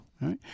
right